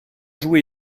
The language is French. jouer